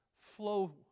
flow